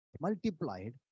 Multiplied